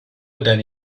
دنی